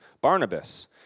Barnabas